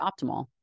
optimal